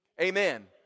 Amen